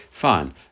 fine